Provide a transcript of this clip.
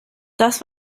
das